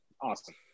Awesome